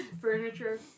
furniture